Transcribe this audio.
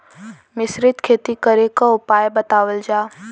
मिश्रित खेती करे क उपाय बतावल जा?